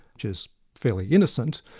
which is fairly innocent,